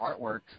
artwork